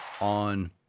on